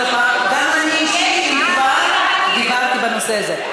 גם אני אישית דיברתי בנושא הזה.